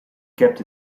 kept